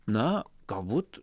na galbūt